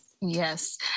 Yes